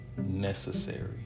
necessary